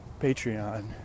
Patreon